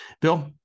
Bill